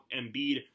Embiid